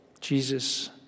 Jesus